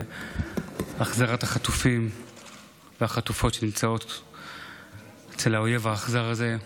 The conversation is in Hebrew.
להחזרת החטופים והחטופות שנמצאים אצל האויב האכזר הזה,